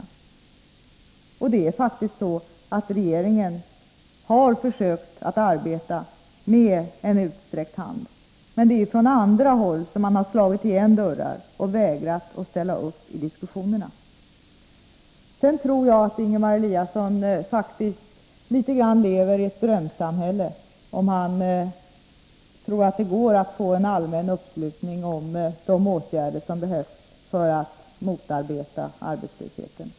Regeringen har faktiskt försökt arbeta med en utsträckt hand, men från andra håll har man slagit igen dörrar och vägrat att ställa upp i diskussionerna. Ingemar Eliasson lever i något av ett drömsamhälle om han tror att det går att få en allmän uppslutning kring de åtgärder som behövs för att motverka arbetslösheten.